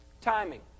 Timing